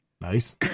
Nice